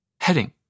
Heading